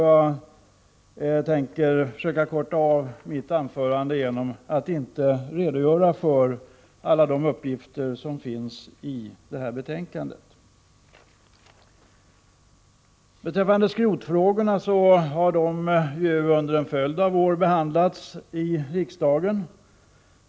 Jag tänker försöka korta av mitt anförande genom att inte redogöra för alla de uppgifter som finns i betänkandet. Skrotfrågorna har ju under en följd av år behandlats i riksdagen.